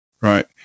right